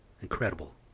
Incredible